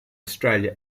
australia